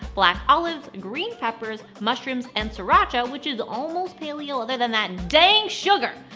black olives, green peppers, mushrooms, and sriracha, which is almost paleo, other than that dang sugar.